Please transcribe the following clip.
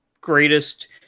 greatest